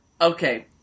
Okay